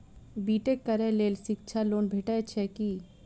B tech करै लेल शिक्षा लोन भेटय छै की?